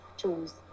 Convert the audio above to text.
choose